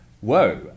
whoa